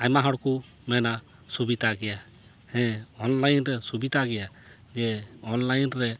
ᱟᱭᱢᱟ ᱦᱚᱲ ᱠᱚ ᱢᱮᱱᱟ ᱥᱩᱵᱤᱛᱟ ᱜᱮᱭᱟ ᱦᱮᱸ ᱚᱱᱞᱟᱭᱤᱱ ᱨᱮ ᱥᱩᱵᱤᱛᱟ ᱜᱮᱭᱟ ᱡᱮ ᱚᱱᱞᱟᱭᱤᱱ ᱨᱮ